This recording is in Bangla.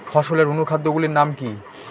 ফসলের অনুখাদ্য গুলির নাম কি?